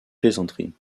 plaisanterie